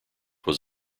was